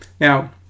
now